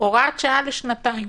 הוראת שעה לשנתיים